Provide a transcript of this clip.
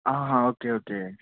ఆహా okay okay